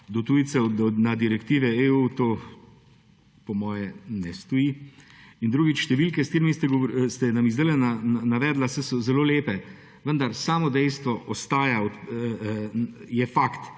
do tujcev na direktive EU, to po moje ne stoji. In drugič, številke, ki ste nam jih zdaj navedli, saj so zelo lepe, vendar samo dejstvo ostaja, je fakt